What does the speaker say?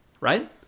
Right